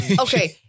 Okay